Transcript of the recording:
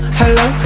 hello